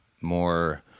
more